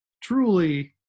truly